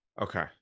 Okay